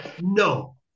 No